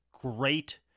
great